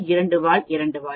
இரண்டு வால் இரண்டு வால்